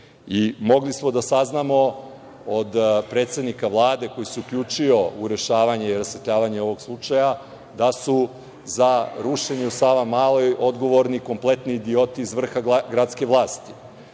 smo da saznamo od predsednika Vlade koji se uključio u rešavanje i rasvetljavanje ovog slučaja, da su za rušenje u Savamaloj odgovorni kompletni idioti iz vrha gradske vlasti.